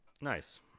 Nice